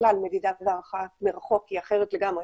בכלל מדידה והערכה מרחוק היא אחרת לגמרי